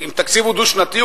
אם תקציב הוא דו-שנתי,